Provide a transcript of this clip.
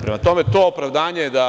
Prema tome, to opravdanje da